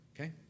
okay